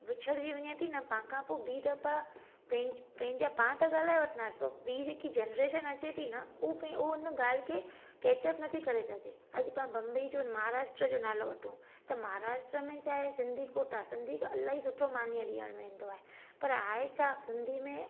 विछिणजी वञे थी न पाण खां पोइ बि दफ़ा पंहिंजा पंहिंजा पाण त ॻाल्हाए वठंदासीं ॿीं जेकी जनरेशन अचे थी न उहा पई उन ॻाल्हि खे केचअप नथी करे सघे अॼु पाण बंबई जो महाराष्ट्र जो नालो वठूं त महाराष्ट्र में छा आहे सिंधी कोटा सिंधी अलाई सुठो मान रिअल वेंदो आहे पर आहे छा सिंधी में